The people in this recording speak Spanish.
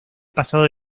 pasado